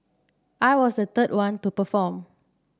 I was the third one to perform